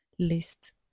List